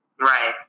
Right